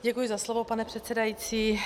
Děkuji za slovo, pane předsedající.